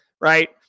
right